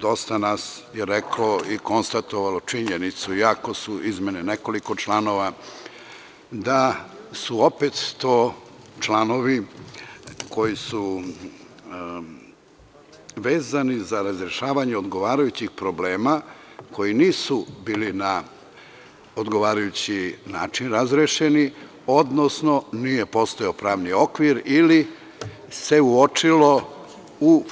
Dosta nas je reklo i konstatovalo činjenicu, iako su izmene nekoliko članova, da su opet to članovi koji su vezani za razrešavanje odgovarajućih problema, koji nisu bili na odgovarajući način razrešeni, odnosno nije postojao pravni okvir, ili se uočilo u